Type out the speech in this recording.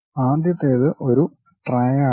ആദ്യത്തേത് ഒരു ട്രയാഡ്